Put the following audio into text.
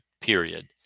period